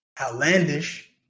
outlandish